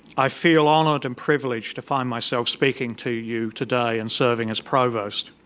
i feel honored and privileged to find myself speaking to you today and serving as provost.